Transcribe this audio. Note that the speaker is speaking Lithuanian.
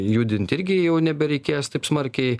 judint irgi jau nebereikės taip smarkiai